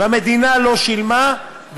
והמדינה לא שילמה,